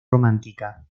romántica